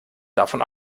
davon